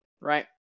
right